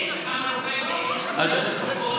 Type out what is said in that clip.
תגיד שאתה גאה בשפה הערבית של ההורים שלך.